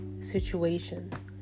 situations